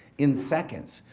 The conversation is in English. in seconds.